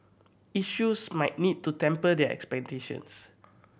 issuers might need to temper their expectations